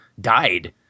died